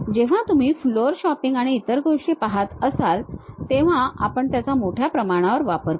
जेव्हा तुम्ही floor shopping आणि इतर गोष्टी पहात असाल तेव्हा आपण त्याचा मोठ्या प्रमाणावर वापर करू